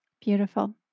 Beautiful